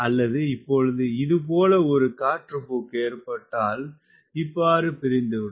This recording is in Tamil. அல்லது இப்பொழுது இதுபோல ஒரு காற்றுப்போக்கு ஏற்பட்டால் பிரிந்துவிடும்